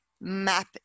map